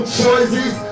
choices